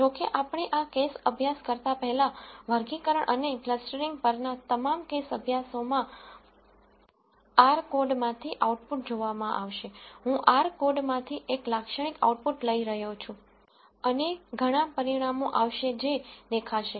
જો કે આપણે આ કેસ અભ્યાસ કરતા પહેલાં વર્ગીકરણ અને ક્લસ્ટરિંગ પરના તમામ કેસ અભ્યાસોમાં r કોડમાંથી આઉટપુટ જોવામાં આવશે હું r કોડમાંથી એક લાક્ષણિક આઉટપુટ લઈ રહ્યો છું અને ઘણા પરિણામો આવશે જે દેખાશે